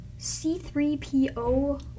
C3PO